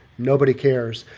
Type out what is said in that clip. nobody cares.